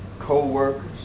co-workers